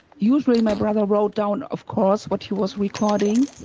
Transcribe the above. usually my brother wrote down of course what he was recording.